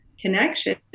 connection